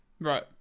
Right